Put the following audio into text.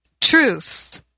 truth